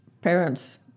parents